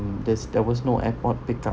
this there was no airport pick up